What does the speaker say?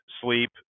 sleep